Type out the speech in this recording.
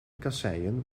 kasseien